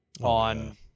on